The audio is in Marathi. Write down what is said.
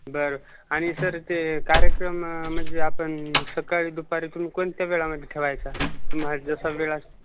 बरं आणि सर ते कार्यक्रम म्हणजे आपण सकाळी दुपारी तुम्ही कोणत्या वेळामध्ये ठेवायचा तुम्हाला जसा वेळ असेल